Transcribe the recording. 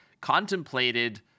contemplated